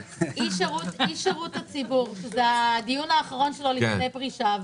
אבל --- איש שירות הציבור שזה הדיון האחרון שלו לפני פרישה.